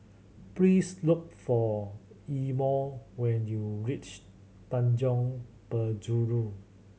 please look for Imo when you reach Tanjong Penjuru